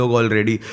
already